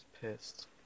pissed